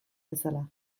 bezala